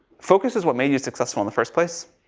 focus is what made you successful in the first place.